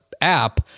app